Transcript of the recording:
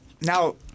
Now